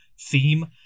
theme